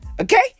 Okay